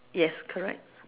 yes correct